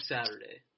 Saturday